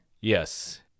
Yes